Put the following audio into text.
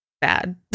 bad